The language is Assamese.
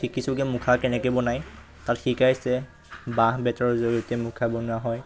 শিকিছোঁগৈ মুখা কেনেকৈ বনায় তাত শিকাইছে বাঁহ বেতৰ জৰিয়তে মুখা বনোৱা হয়